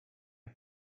are